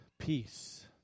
Peace